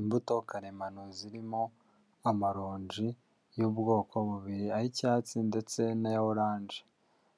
Imbuto karemano zirimo amaronji y'ubwoko bubiri ay'icyatsi ndetse n'aya oranje,